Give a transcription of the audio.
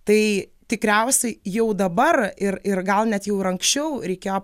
tai tikriausiai jau dabar ir ir gal net jau ir anksčiau reikėjo